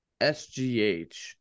SGH